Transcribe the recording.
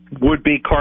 would-be